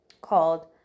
called